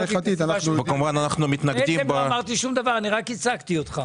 לא אמרתי שום דבר, רק ייצגתי אותך.